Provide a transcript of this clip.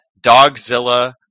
Dogzilla